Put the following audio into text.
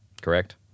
Correct